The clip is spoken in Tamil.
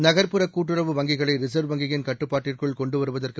நகர்ப்புற கூட்டுறவு வங்கிகளை ரிசர்வ் வங்கியின் கட்டுப்பாட்டிற்குள் கொண்டு வருவதற்கு